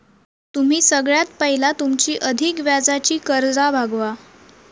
तुम्ही सगळ्यात पयला तुमची अधिक व्याजाची कर्जा भागवा